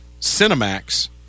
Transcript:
cinemax